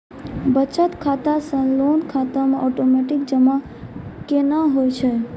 बचत खाता से लोन खाता मे ओटोमेटिक जमा केना होय छै?